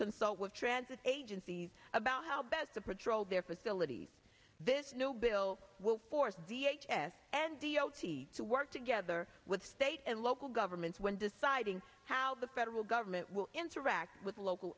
consult with transit agencies about how best to protect their facilities this new bill will force the h s and the o t to work together with state and local governments when deciding how the federal government will interact with local